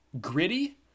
gritty